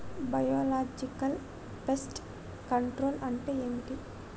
Biological pest control అంటే ఏమిటి?